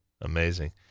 Amazing